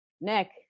Nick